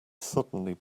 suddenly